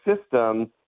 system